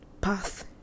path